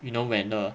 you know when the